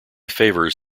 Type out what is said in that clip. favours